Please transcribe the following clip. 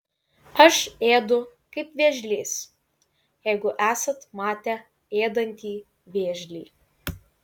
aš ėdu kaip vėžlys jeigu esat matę ėdantį vėžlį